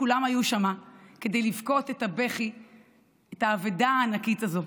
כולם היו שם כדי לבכות את הבכי על האבדה הענקית הזו.